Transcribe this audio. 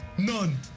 None